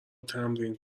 تمرین